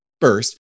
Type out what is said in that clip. first